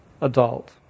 adult